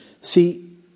See